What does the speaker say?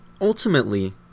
ultimately